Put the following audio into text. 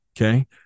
Okay